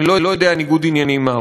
אני לא יודע ניגוד עניינים מהו.